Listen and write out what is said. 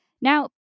Now